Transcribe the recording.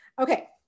Okay